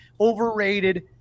overrated